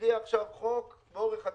והקריאה עכשיו הצעת חוק באורך הגלות,